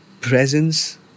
presence